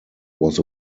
was